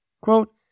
Quote